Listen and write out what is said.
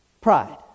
Pride